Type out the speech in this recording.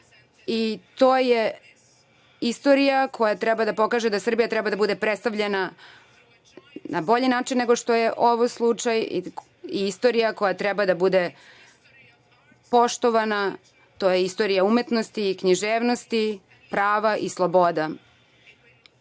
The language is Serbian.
i to je istorija koja treba da pokaže da Srbija treba da bude predstavljena na bolji način nego što je ovo slučaj i istorija koja treba da bude poštovana, a to je istorija umetnosti, književnosti, prava i sloboda. To